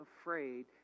afraid